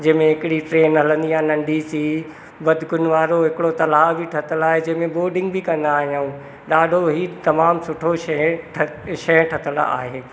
जंहिंमे हिकिड़ी ट्रेन हलंदी आहे नंढी सी बतखुनि वारो हिक तलाउ बि ठहियल आहे जंहिंमें ॿोडिंग बि कंदा आहियूं ॾाढो ई तमामु सुठो शहर शइ ठहियल आहे